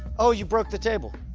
oh, you broke the table.